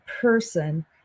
person